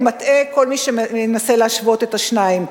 ומטעה כל מי שמנסה להשוות בין השניים.